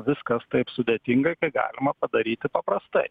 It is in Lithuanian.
viskas taip sudėtingai kai galima padaryti paprastai